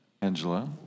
Angela